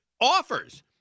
offers